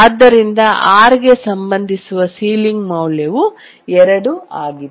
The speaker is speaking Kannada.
ಆದ್ದರಿಂದ R ಗೆ ಸಂಬಂಧಿಸಿರುವ ಸೀಲಿಂಗ್ ಮೌಲ್ಯವು 2 ಆಗಿದೆ